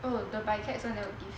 oh the ByGets [one] never give